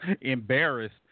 embarrassed